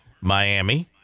Miami